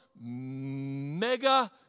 mega